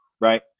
right